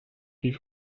rief